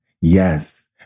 Yes